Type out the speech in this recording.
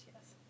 yes